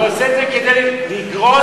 הוא עושה את זה כדי לגרום,